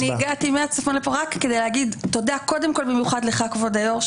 אני הגעתי מהצפון לפה רק כדי להגיד תודה קודם כל במיוחד לך כבוד היו"ר,